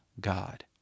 God